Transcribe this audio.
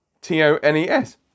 T-O-N-E-S